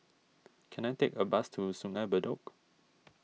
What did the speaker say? can I take a bus to Sungei Bedok